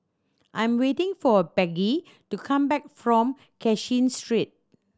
I'm waiting for Becky to come back from Cashin Street